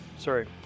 Sorry